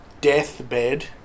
deathbed